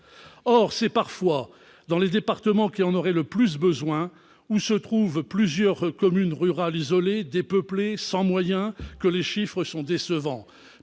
C'est parfois dans les départements qui en auraient le plus besoin, où se trouvent plusieurs communes rurales isolées, dépeuplées et sans moyens, que les chiffres sont décevants.